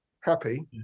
happy